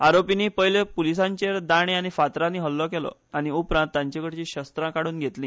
आरोपीनी पयली पुलीसाचेर दाणे आनी फातरानी हल्लो केलो आनी उपरांत तांचेकडची शस्त्रा काडून घेतली